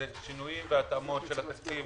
שינויים והתאמות של תקציב